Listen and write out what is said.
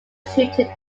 children